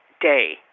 day